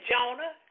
Jonah